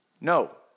No